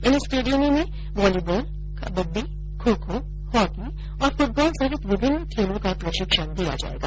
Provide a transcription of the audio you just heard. इन स्टेडियमों में volleyball kabaddi kho kho hockey और फुटबॉल सहित विभिन्न खेलों का प्रशिक्षण दिया जायेगा